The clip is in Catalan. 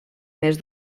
més